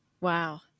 Wow